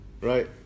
right